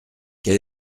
quel